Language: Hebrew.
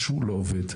משהו לא עובד.